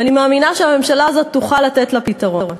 ואני מאמינה שהממשלה הזאת תוכל לתת לה פתרון.